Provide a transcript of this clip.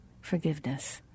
forgiveness